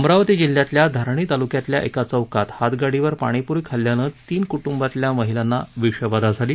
अमरावती जिल्ह्यातील धारणी तालुक्यातील एका चौकात हातगाडीवर पाणीपुरी खाल्ल्यानं तीन कुटुंबातील महिलांना विषबाधा झाली